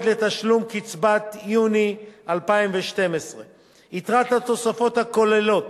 לתשלום קצבת יוני 2012. יתרת התוספות הכוללת